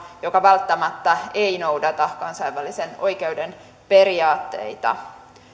joka välttämättä ei noudata kansainvälisen oikeuden periaatteita